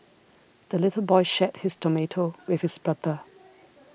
the little boy shared his tomato with his brother